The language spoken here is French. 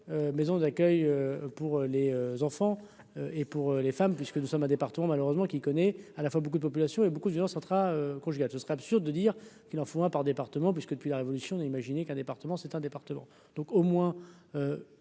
maisons d'accueil pour les enfants et pour les femmes, puisque nous sommes un département malheureusement qui connaît à la fois beaucoup de population et beaucoup de violence intra-conjugales, ce serait absurde de dire qu'il en faut un par département puisque depuis la révolution, imaginer qu'un département c'est un département donc au moins